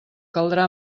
caldrà